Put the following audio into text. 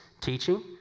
Teaching